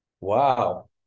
Wow